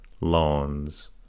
lawns